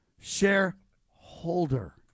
shareholder